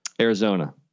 Arizona